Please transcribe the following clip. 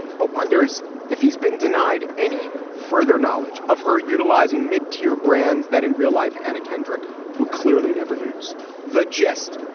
but wonders if he's been denied any further knowledge of her utilizing mid-tier brands that in real life. anna kendrick would clearly never use the jest.